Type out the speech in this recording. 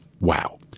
Wow